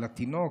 של התינוק.